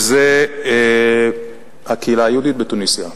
והיא הקהילה היהודית בתוניסיה.